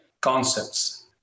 concepts